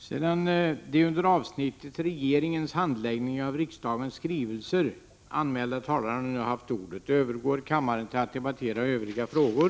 Sedan de under avsnittet Regeringens handläggning av riksdagens skrivelser anmälda talarna nu haft ordet övergår kammaren till att debattera Övriga frågor.